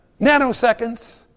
nanoseconds